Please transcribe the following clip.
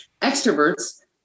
extroverts